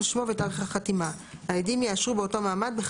שמו ותאריך החתימה; העדים יאשרו באותו מעמד,